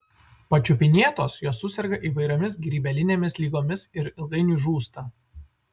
pačiupinėtos jos suserga įvairiomis grybelinėmis ligomis ir ilgainiui žūsta